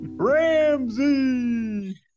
Ramsey